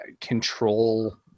control